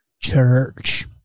Church